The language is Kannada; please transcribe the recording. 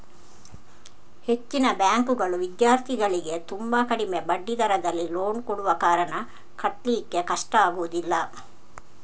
ಹೆಚ್ಚಿನ ಬ್ಯಾಂಕುಗಳು ವಿದ್ಯಾರ್ಥಿಗಳಿಗೆ ತುಂಬಾ ಕಡಿಮೆ ಬಡ್ಡಿ ದರದಲ್ಲಿ ಲೋನ್ ಕೊಡುವ ಕಾರಣ ಕಟ್ಲಿಕ್ಕೆ ಕಷ್ಟ ಆಗುದಿಲ್ಲ